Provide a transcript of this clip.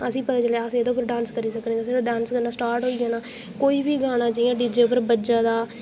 असें पता चली आ अस एह्दे पर डांस करी सकने असें ई ओह् डांस करना स्टार्ट होई जाना कोई बी गाना जि'यां जेकर बज्जा दा